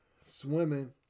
swimming